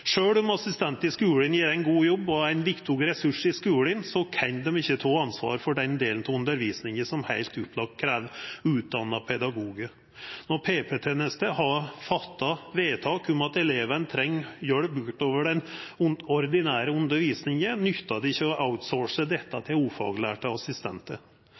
om assistentar i skulen gjer ein god jobb og er ein viktig ressurs i skulen, kan dei ikkje ta ansvar for den delen av undervisninga som heilt opplagt krev utdanna pedagogar. Når PP-tenesta har gjort vedtak om at eleven treng hjelp utover den ordinære undervisninga, nyttar det ikkje å